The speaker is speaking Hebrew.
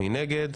מי נגד?